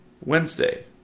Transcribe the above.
Wednesday